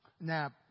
Now